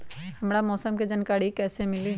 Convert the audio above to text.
हमरा मौसम के जानकारी कैसी मिली?